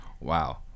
Wow